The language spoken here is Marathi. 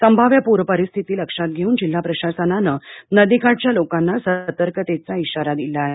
संभाव्य पूर परिस्थिती लक्षात घेऊन जिल्हा प्रशासनानं नदीकाठच्या लोकांना सतर्कतेघा इशारा दिला आहे